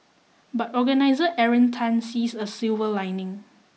but organiser Aaron Tan sees a silver lining